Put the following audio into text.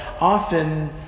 often